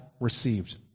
received